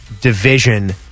division